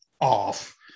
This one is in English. off